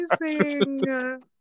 amazing